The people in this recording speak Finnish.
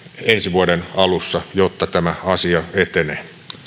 ensi vuoden alussa jotta tämä asia etenee